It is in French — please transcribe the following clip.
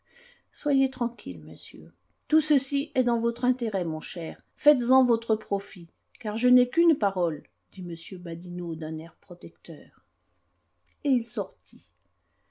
soyez tranquille monsieur tout ceci est dans votre intérêt mon cher faites-en votre profit car je n'ai qu'une parole dit m badinot d'un air protecteur et il sortit